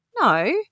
No